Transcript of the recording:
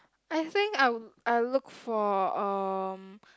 I think I would I look for um